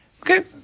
Okay